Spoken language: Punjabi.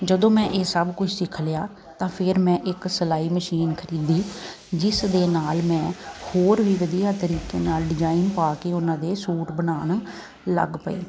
ਜਦੋਂ ਮੈਂ ਇਹ ਸਭ ਕੁਝ ਸਿੱਖ ਲਿਆ ਤਾਂ ਫਿਰ ਮੈਂ ਇੱਕ ਸਿਲਾਈ ਮਸ਼ੀਨ ਖਰੀਦੀ ਜਿਸ ਦੇ ਨਾਲ ਮੈਂ ਹੋਰ ਵੀ ਵਧੀਆ ਤਰੀਕੇ ਨਾਲ ਡਿਜਾਈਨ ਪਾ ਕੇ ਉਹਨਾਂ ਦੇ ਸੂਟ ਬਣਾਉਣ ਲੱਗ ਪਈ